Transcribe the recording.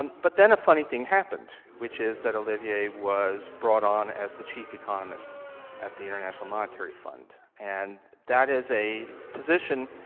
and but then a funny thing happened, which is that olivier was brought on as the chief economist at the international monetary fund, and that is a position,